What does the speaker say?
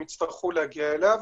הם יצטרכו להגיע אליו,